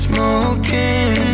Smoking